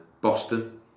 Boston